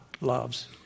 loves